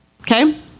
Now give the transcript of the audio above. Okay